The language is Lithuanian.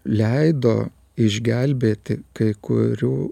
leido išgelbėti kai kurių